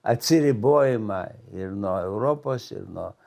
atsiribojimą ir nuo europos ir nuo